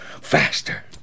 faster